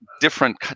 different